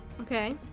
Okay